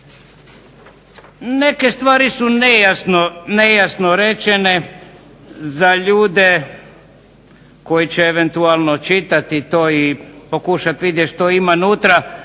Neke stvari su nejasno rečene, za ljude koji će eventualno čitati to i pokušati vidjeti što ima unutra.